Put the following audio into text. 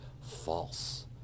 false